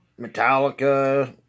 Metallica